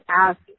ask